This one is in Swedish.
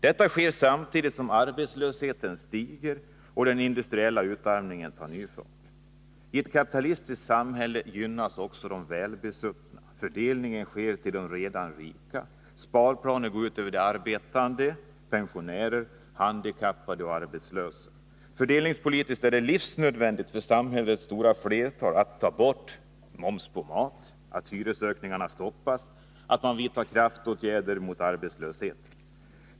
Detta sker samtidigt som arbetslösheten stiger och den industriella utarmningen tar ny fart. I ett kapitalistiskt samhälle gynnas de välbesuttna. Fördelningen sker till de redan rika. Sparplaner går ut över det arbetande folket, pensionärer, handikappade och arbetslösa. Fördelningspolitiskt är det livsnödvändigt för samhällets stora flertal att moms på mat tas bort, att hyreshöjningarna stoppas och att kraftåtgärder vidtas mot arbetslösheten.